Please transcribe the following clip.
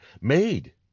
made